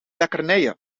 lekkernijen